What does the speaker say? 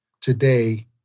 today